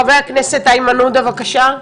חבר הכנסת איימן עודה, בבקשה.